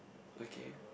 okay